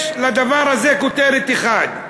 יש לדבר הזה כותרת אחת: